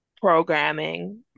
programming